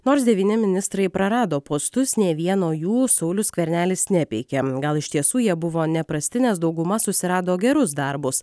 nors devyni ministrai prarado postus nei vieno jų saulius skvernelis nepeikė gal iš tiesų jie buvo neprasti nes dauguma susirado gerus darbus